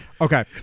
Okay